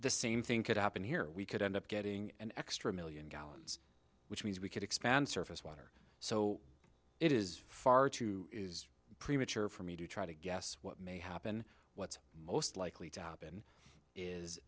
the same thing could happen here we could end up getting an extra million gallons which means we could expand surface water so it is far too is premature for me to try to guess what may happen what's most likely to happen is